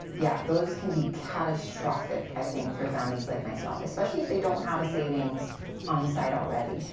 yeah, those can be catastrophic i think for families like myself. especially if they don't have a savings on the side already.